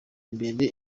imbere